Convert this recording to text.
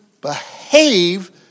behave